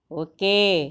okay